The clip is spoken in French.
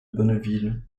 bonneville